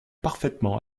parfaitement